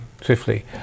swiftly